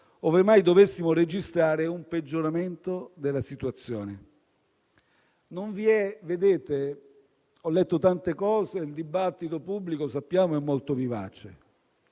ove mai dovessimo registrare un peggioramento della situazione. Ho letto tante cose e il dibattito pubblico, lo sappiamo, è molto vivace.